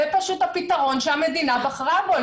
זה פשוט הפתרון שהמדינה בחרה בו,